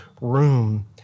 room